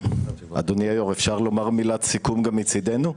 אדוני היו"ר, אפשר לומר מילת סיכום גם מצדנו?